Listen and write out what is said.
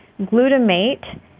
glutamate